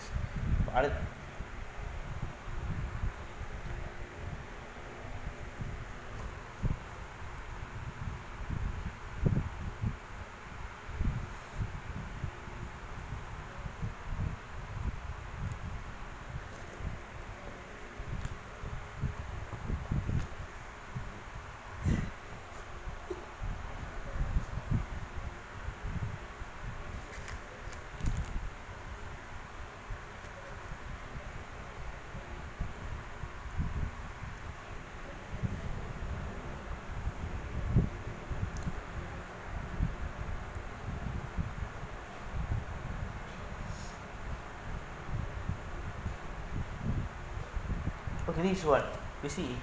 other okay this is what you see